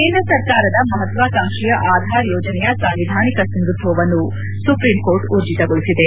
ಕೇಂದ್ರ ಸರ್ಕಾರದ ಮಹತ್ವಾಕಾಂಕ್ಷಿಯ ಆಧಾರ್ ಯೋಜನೆಯ ಸಾಂವಿಧಾನಿಕ ಸಿಂಧುತ್ವವನ್ನು ಸುಪ್ರೀಂಕೋರ್ಟ್ ಉರ್ಜಿತಗೊಳಿಸಿದೆ